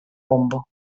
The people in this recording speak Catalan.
bombo